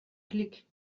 klik